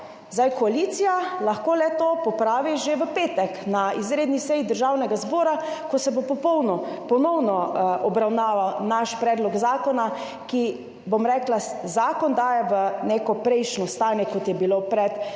Koalicija lahko le-to popravi že v petek na izredni seji Državnega zbora, ko se bo ponovno obravnaval naš predlog zakona, ki, bom rekla, zakon daje v neko prejšnje stanje, kot je bilo pred